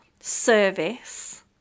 service